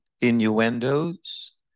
innuendos